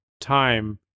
time